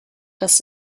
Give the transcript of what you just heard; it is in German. dass